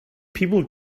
people